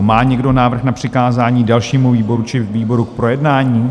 Má někdo návrh na přikázání dalšímu výboru či výboru k projednání?